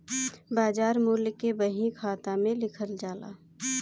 बाजार मूल्य के बही खाता में लिखल जाला